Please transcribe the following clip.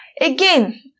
again